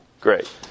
great